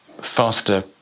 faster